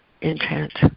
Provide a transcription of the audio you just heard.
intent